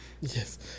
Yes